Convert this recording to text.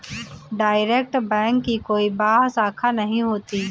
direct bank की कोई बाह्य शाखा नहीं होती